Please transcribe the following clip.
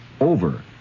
over